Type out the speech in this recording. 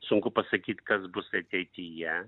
sunku pasakyt kas bus ateityje